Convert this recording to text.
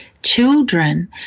Children